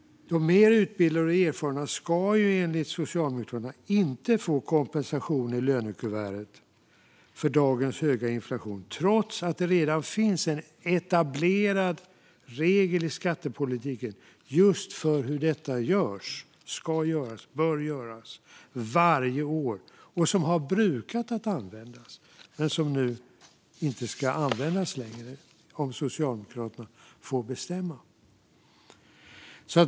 De mer utbildade och erfarna ska enligt Socialdemokraterna inte få kompensation i lönekuvertet för dagens höga inflation, trots att det redan finns en etablerad regel i skattepolitiken för hur detta ska och bör göras varje år. Denna regel har brukat användas, men ska nu inte längre användas om Socialdemokraterna får bestämma.